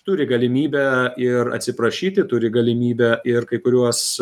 turi galimybę ir atsiprašyti turi galimybę ir kai kuriuos